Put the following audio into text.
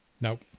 Nope